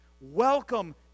Welcome